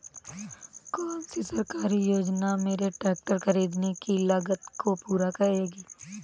कौन सी सरकारी योजना मेरे ट्रैक्टर ख़रीदने की लागत को पूरा करेगी?